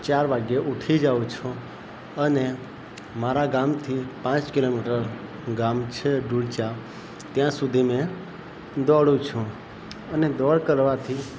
ચાર વાગ્યે ઉઠી જાઉં છું અને મારા ગામથી પાંચ કિલોમીટર ગામ છે ડૂરચા ત્યાં સુધી મેં દોડું છું અને દોડ કરવાથી